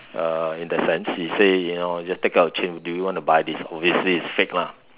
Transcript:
uh in that sense he say you know just take out a chain do you want to buy this obviously is fake lah